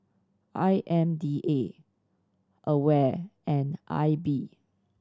I M D A AWARE and I B